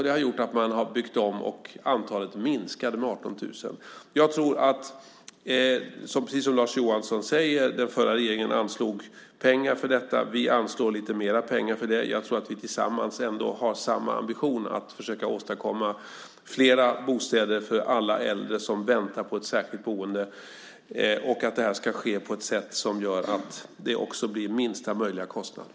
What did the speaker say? Det har gjort att man har byggt om bostäder, och antalet har minskat med 18 000. Precis som Lars Johansson säger anslog den förra regeringen pengar för detta. Vi anslår lite mer pengar för det. Jag tror att vi tillsammans ändå har samma ambition att försöka åstadkomma flera bostäder för alla äldre som väntar på ett särskilt boende och att det ska ske på ett sätt så att det blir minsta möjliga kostnader.